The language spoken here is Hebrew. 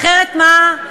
אחרת מה?